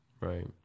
Right